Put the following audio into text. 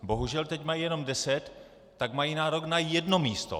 Bohužel teď mají jenom 10, tak mají nárok jen na jedno místo.